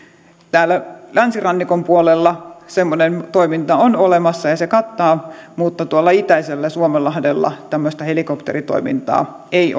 täällä länsirannikon puolella semmoinen toiminta on olemassa ja se kattaa mutta tuolla itäisellä suomenlahdella tämmöistä helikopteritoimintaa ei